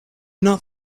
not